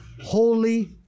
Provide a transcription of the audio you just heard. holy